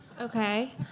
Okay